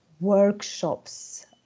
workshops